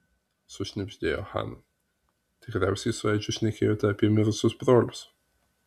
sušnibždėjo hana tikriausiai su edžiu šnekėjote apie mirusius brolius